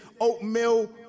oatmeal